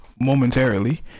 momentarily